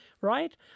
right